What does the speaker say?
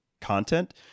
content